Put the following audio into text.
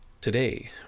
Today